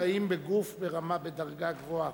ונפגעים בגוף בדרגה גבוהה.